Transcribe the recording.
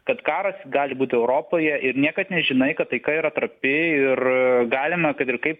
kad karas gali būt europoje ir niekad nežinai kad taika yra trapi ir galima kad ir kaip